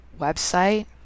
website